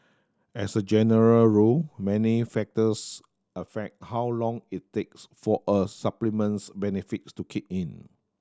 as a general rule many factors affect how long it takes for a supplement's benefits to kick in